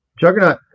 Juggernaut